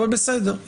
אבל בסדר,